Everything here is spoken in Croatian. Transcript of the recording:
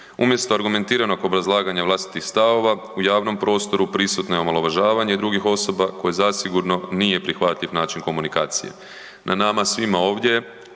Umjesto argumentiranog obrazlaganja vlastitih stavova u javnom prostoru prisutno je omalovažavanje drugih osoba koje zasigurno nije prihvatljiv način komunikacije. Na nama svima ovdje